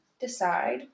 decide